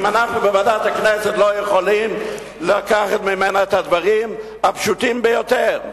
אם אנחנו בוועדת הכנסת לא יכולים לקחת ממנה את הדברים הפשוטים ביותר.